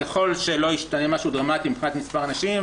ככל שלא ישתנה משהו דרמטי מבחינת מספר הנשים,